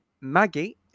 Maggie